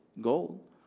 gold